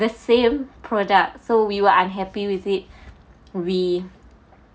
the same product so we were unhappy with it we